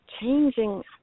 changing